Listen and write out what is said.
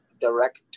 direct